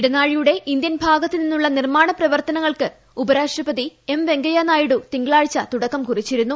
ഇടനാഴിയുടെ ഇന്ത്യൻ ഭാഗത്ത് നിന്നുള്ള നിർമ്മാണ പ്രവർത്തനങ്ങൾക്ക് ഉപരാഷ്ട്രപതി എം വെങ്കയ്യനായിഡു തിങ്കളാഴ്ച തുടക്കം കുറിച്ചിരുന്നു